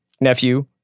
nephew